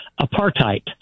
apartheid